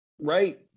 Right